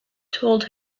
told